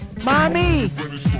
Mommy